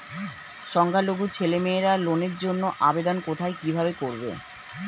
সংখ্যালঘু ছেলেমেয়েরা লোনের জন্য আবেদন কোথায় কিভাবে করবে?